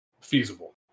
feasible